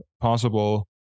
possible